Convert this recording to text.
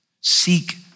Seek